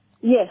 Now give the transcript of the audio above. Yes